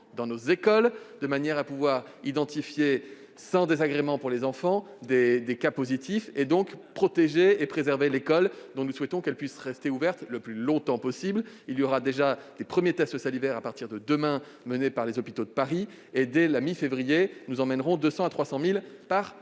dans nos écoles, de manière à pouvoir identifier, sans désagrément pour eux, des cas positifs, donc protéger et préserver l'école dont nous souhaitons qu'elle puisse rester ouverte le plus longtemps possible. Les premiers tests salivaires seront menés demain par les hôpitaux de Paris. Dès la mi-février, nous en ferons de 200 000 à 300 000 par semaine.